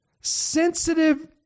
sensitive